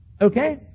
okay